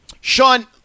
Sean